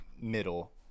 middle